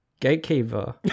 gatekeeper